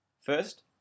First